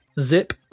zip